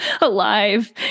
alive